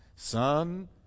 Son